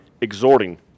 exhorting